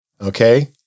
Okay